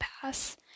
pass